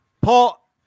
Paul